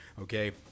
okay